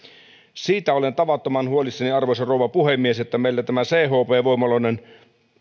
siitä olen tavattoman huolissani arvoisa rouva puhemies että meillä tämä chp voimaloiden